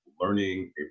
learning